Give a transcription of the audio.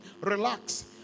Relax